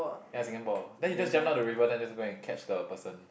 ya Singapore then he just jump down the river then just go and catch the person